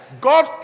God